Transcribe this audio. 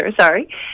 Sorry